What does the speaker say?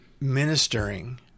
ministering